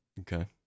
Okay